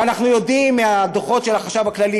אנחנו יודעים מהדוחות של החשב הכללי,